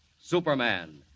superman